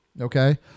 Okay